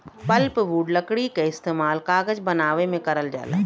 pulpwood लकड़ी क इस्तेमाल कागज बनावे में करल जाला